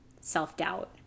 self-doubt